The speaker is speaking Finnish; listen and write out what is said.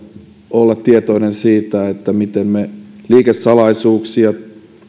olla tietoisia siitä miten me suojaamme liikesalaisuuksia